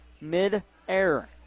mid-air